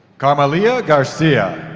carmelia gracia